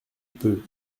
peux